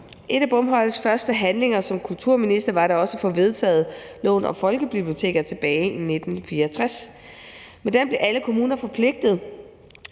En af Bomholts første handlinger som kulturminister var da også at få vedtaget loven om folkebiblioteker tilbage i 1964. Med den blev alle kommuner forpligtet